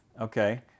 Okay